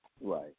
Right